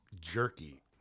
jerky